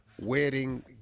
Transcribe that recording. wedding